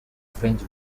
french